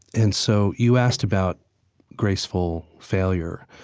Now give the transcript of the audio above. and so you asked about graceful failure.